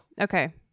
Okay